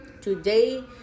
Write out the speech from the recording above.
Today